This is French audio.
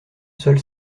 seul